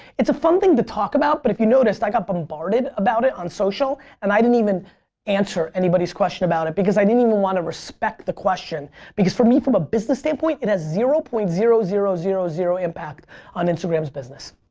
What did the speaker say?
it's a fun thing to talk about but if you noticed i got bombarded about it on social and i didn't even answer anybody's question about it because i didn't even want to respect the question because for me from a business standpoint it has zero point zero zero zero zero zero impact on instagram's business.